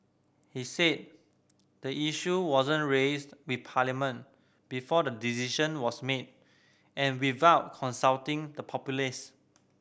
he said the issue wasn't raised with parliament before the decision was made and without consulting the populace